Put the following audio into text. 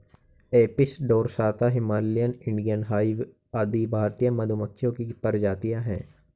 Apis dorsata, Himalayan, Indian hive आदि भारतीय मधुमक्खियों की प्रजातियां है